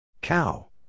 Cow